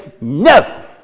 no